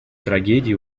трагедии